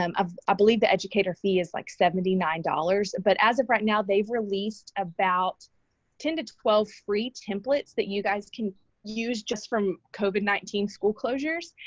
um i believe the educator fee is like seventy nine dollars. but as of right now, they've released about ten to twelve free templates that you guys can use just from covid nineteen school closures.